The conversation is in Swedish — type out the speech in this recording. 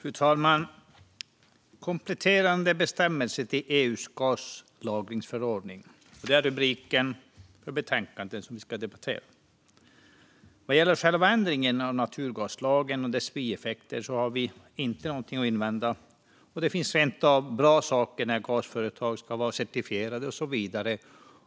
Fru talman! Det betänkande som vi ska debattera är Kompletterande bestämmelser till EU:s gaslagringsförordning . Vad gäller själva ändringen av naturgaslagen och dess bieffekter har vi inte någonting att invända, och det finns rent av bra saker med att gasföretag ska vara certifierade och så vidare.